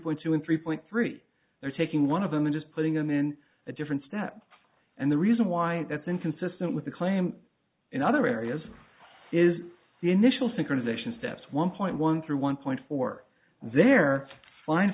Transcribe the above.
point two and three point three they're taking one of them and is putting them in a different step and the reason why that's inconsistent with the claim in other areas is the initial synchronisation steps one point one three one point four their fin